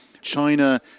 China